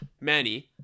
Manny